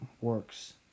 works